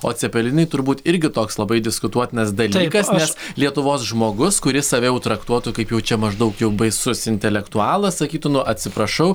o cepelinai turbūt irgi toks labai diskutuotinas dalykas nes lietuvos žmogus kuris save jau traktuotų kaip jau čia maždaug jau baisus intelektualas sakytų nu atsiprašau